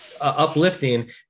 uplifting